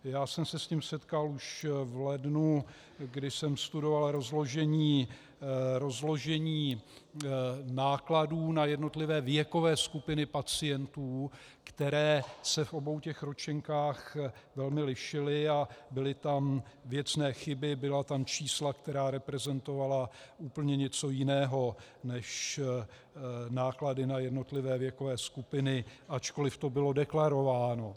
Setkal jsem se s tím už v lednu, kdy jsem studoval rozložení nákladů na jednotlivé věkové skupiny pacientů, které se v obou těch ročenkách velmi lišily, a byly tam věcné chyby, byla tam čísla, která reprezentovala úplně něco jiného než náklady na jednotlivé věkové skupiny, ačkoliv to bylo deklarováno.